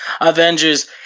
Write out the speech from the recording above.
Avengers